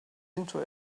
into